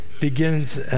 begins